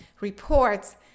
reports